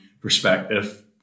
perspective